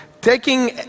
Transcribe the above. taking